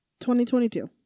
2022